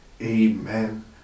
amen